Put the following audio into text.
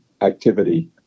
activity